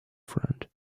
front